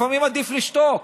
לפעמים עדיף לשתוק.